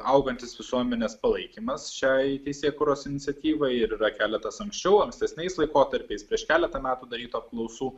augantis visuomenės palaikymas šiai teisėkūros iniciatyvai ir yra keletas anksčiau ankstesniais laikotarpiais prieš keletą metų darytų apklausų